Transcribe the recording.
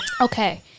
okay